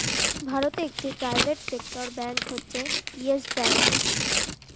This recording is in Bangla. ভারতে একটি প্রাইভেট সেক্টর ব্যাঙ্ক হচ্ছে ইয়েস ব্যাঙ্ক